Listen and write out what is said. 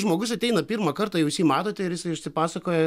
žmogus ateina pirmą kartą jūs jį matote ir jisai išsipasakoja